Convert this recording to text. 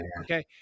okay